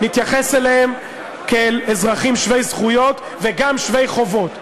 נתייחס אליהם כאל אזרחים שווי זכויות וגם שווי חובות.